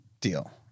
deal